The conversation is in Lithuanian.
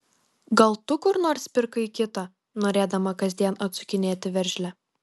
gal tu kur nors pirkai kitą norėdama kasdien atsukinėti veržlę